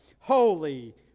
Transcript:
Holy